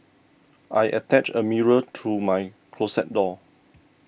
I attached a mirror to my closet door